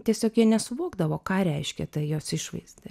tiesiog jie nesuvokdavo ką reiškia ta jos išvaizda